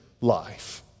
life